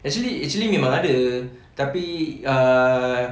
actually actually memang ada tapi err